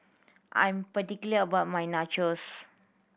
I'm particular about my Nachos